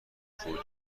خوبی